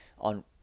on